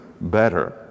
better